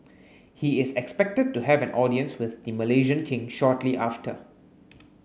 he is expected to have an audience with the Malaysian King shortly after